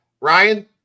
Ryan